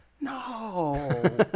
No